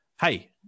hey